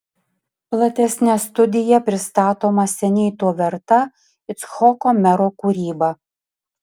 platesne studija pristatoma seniai to verta icchoko mero kūryba